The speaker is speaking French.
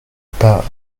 pas